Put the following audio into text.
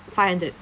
five hundred